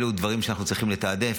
אלו דברים שאנחנו צריכים לתעדף.